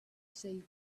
save